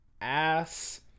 ass